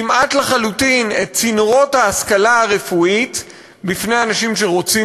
כמעט לחלוטין את צינורות ההשכלה הרפואית בפני אנשים שרוצים